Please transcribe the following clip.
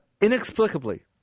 inexplicably